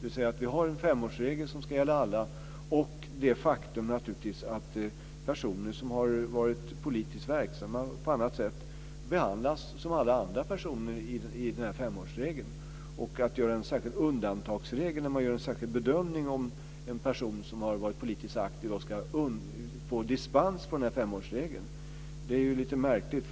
Vi har en femårsregel som ska gälla alla. Personer som har varit politiskt verksamma eller annat behandlas som alla andra personer i femårsregeln. Att göra en särskild undantagsregel, att göra en särskild bedömning av en person som har varit politiskt aktiv, för att få dispens från femårsregeln är lite märkligt.